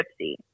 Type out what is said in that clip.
gypsy